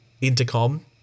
intercom